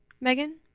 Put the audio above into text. Megan